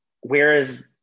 Whereas